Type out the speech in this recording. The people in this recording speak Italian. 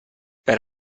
per